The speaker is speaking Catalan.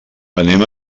anem